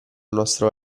nostro